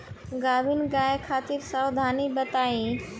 गाभिन गाय खातिर सावधानी बताई?